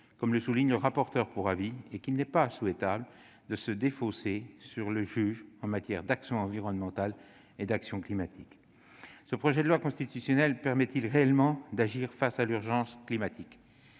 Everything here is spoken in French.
comme le souligne le rapporteur pour avis. Et il n'est pas souhaitable de se défausser sur le juge en matière d'action environnementale et climatique. Ce projet de loi constitutionnelle permet-il réellement d'agir face à l'urgence climatique ?